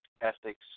ethics